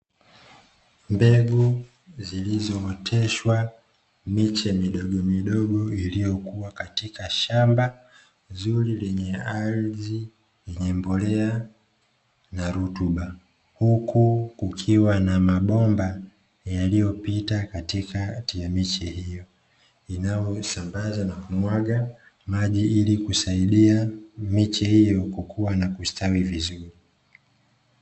Mbegu zilizooteshwa, miche midogomidogo iliyokua katika shamba zuri lenye ardhi yenye mbolea na rutuba. Huku kukiwa na mabomba yaliyopita katikati ya miche hiyo, inaosambaza na kumwaga maji ili kuisaidia miche hiyo kukua na kustawi vizuri.